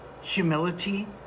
humility